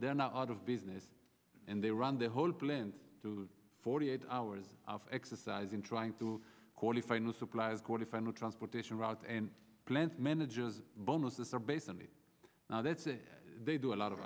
they're not out of business and they run the whole plant to forty eight hours of exercise in trying to qualify new supplies quarterfinal transportation routes and plant managers bonuses are based on it now that's a they do a lot of